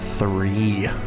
Three